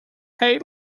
hay